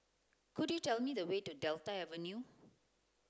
could you tell me the way to Delta Avenue